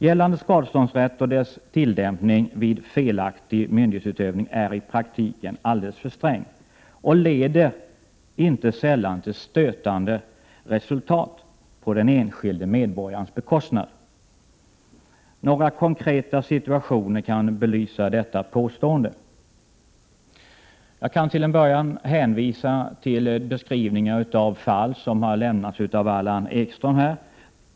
Gällande skadeståndsrätt och dess tillämpning vid felaktig myndighetsutövning är i praktiken alldeles för sträng och leder inte sällan till stötande resultat, på den enskilde medborgarens bekostnad. Några konkreta situationer kan belysa detta påstående. Jag kan till en början hänvisa till de beskrivningar av fall som har lämnats av Allan Ekström.